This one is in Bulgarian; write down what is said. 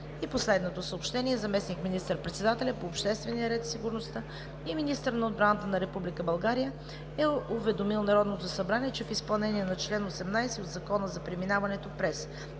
И последното съобщение: Заместник министър-председателят по обществения ред и сигурността и министър на отбраната на Република България е уведомил Народното събрание, че в изпълнение на чл. 18 от Закона за преминаването през